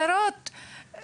שאפילו להם אין,